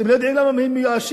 אתם לא יודעים למה הם מיואשים?